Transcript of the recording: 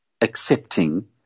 accepting